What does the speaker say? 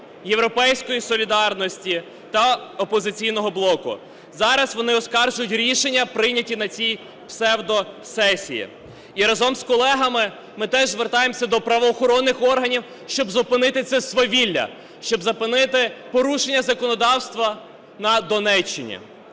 "Європейська солідарність" та "Опозиційний блок". Зараз вони оскаржують рішення, прийняті на цій псевдосесії. І разом з колегами, ми теж звертаємося до правоохоронних органів, щоб зупинити це свавілля, щоб зупинити порушення законодавства на Донеччині.